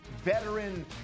veteran